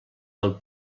del